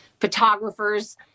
photographers